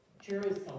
Jerusalem